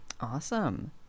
Awesome